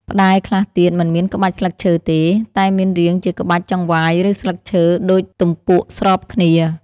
ផ្តែរខ្លះទៀតមិនមានក្បាច់ស្លឹកឈើទេ តែមានរាងជាក្បាច់ចង្វាយឬស្លឹកឈើដូចទម្ពក់ស្របគ្នា។